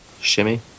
Shimmy